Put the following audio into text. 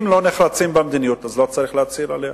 אם לא נחרצים במדיניות, לא צריך להצהיר עליה.